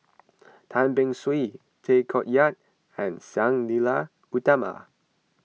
Tan Beng Swee Tay Koh Yat and Sang Nila Utama